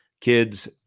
Kids